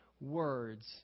words